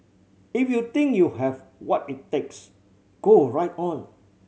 if you think you have what it takes go alright on